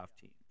teams